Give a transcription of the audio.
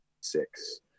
six